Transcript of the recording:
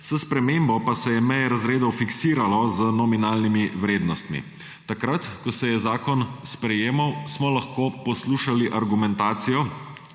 s spremembo pa se je meje razredov fiksiralo z nominalnimi vrednostmi. Ko se je zakon sprejemal, smo lahko poslušali argumentacijo,